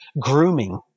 Grooming